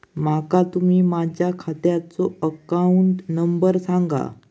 माका तुम्ही माझ्या खात्याचो अकाउंट नंबर सांगा?